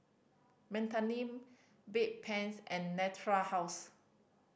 Betadine Bedpans and Natura House